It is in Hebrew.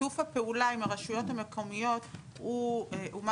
שיתוף הפעולה עם הרשויות המקומיות הוא משהו